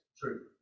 true